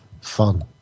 fun